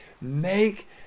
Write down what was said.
make